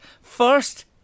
First